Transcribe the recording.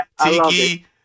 Tiki